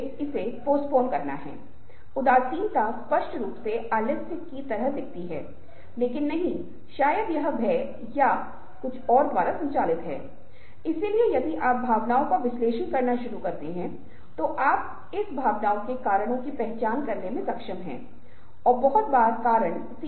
और यहाँ मैं जो कहना चाह रहा हूँ वह यह है कि आपको इन बातों को अपने दिमाग में रखने की आवश्यकता है क्योंकि जैसा कि मैंने आपको पहले बताया था कि गैर मौखिक संचार का उपयोग करते हुए कई चीजें साझा करना संभव नहीं है और मैं सिर्फ इस तथ्य पर जोर देने की कोशिश कर रहा हूं कि यह फोन पर संचार बोलने का एक बहुत ही महत्वपूर्ण आयाम है